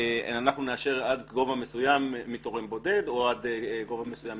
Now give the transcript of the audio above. נאשר עד גובה מסוים מתורם בודד או גורם מסוים,